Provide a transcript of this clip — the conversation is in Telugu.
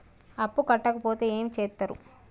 అప్పు కట్టకపోతే ఏమి చేత్తరు?